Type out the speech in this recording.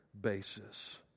basis